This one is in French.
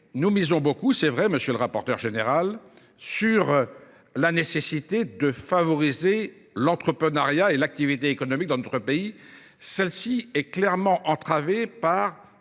nous misons beaucoup, c'est vrai monsieur le rapporteur général, sur la nécessité de favoriser l'entreprenariat et l'activité économique dans notre pays. Celle-ci est clairement entravée par